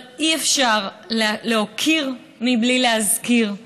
אבל אי-אפשר להוקיר מבלי להזכיר.